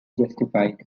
justified